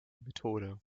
methode